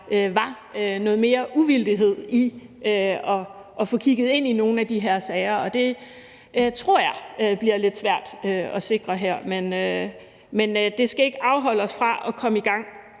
var noget mere uvildighed med hensyn til at få kigget ind i nogle af de her sager, og det tror jeg bliver lidt svært at sikre her. Men det skal ikke afholde os fra at komme i gang.